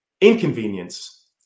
inconvenience